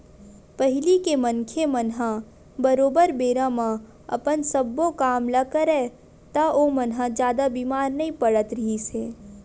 पहिली के मनखे मन ह बरोबर बेरा म अपन सब्बो काम ल करय ता ओमन ह जादा बीमार नइ पड़त रिहिस हे